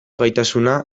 gaitasuna